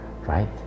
right